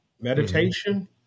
Meditation